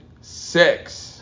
six